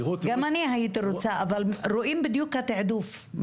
גם אני הייתי רוצה, אבל רוצים בדיוק את התעדוף.